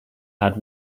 had